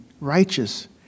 righteous